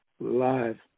live